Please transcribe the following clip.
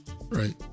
right